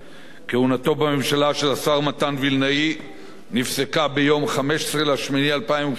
כהונתו בממשלה של השר מתן וילנאי נפסקה ביום 15 באוגוסט 2012,